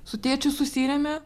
su tėčiu susiremia